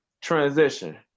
transition